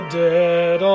dead